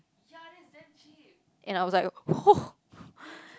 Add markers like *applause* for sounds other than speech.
*noise* and I was like *noise*